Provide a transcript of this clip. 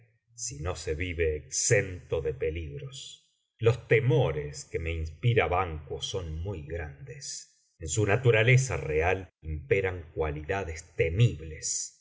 si no se vive exento de peligros los temores que me inspira banquo son muy grandes en su naturaleza real imperan cualidades temibles